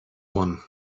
one